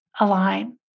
align